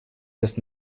des